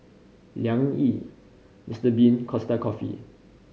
Liang Yi Mister Bean Costa Coffee